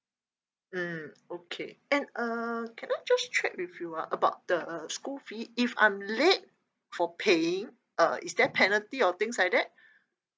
mm okay and uh can I just check with you ah about the school fee if I'm late for paying uh is there penalty or things like that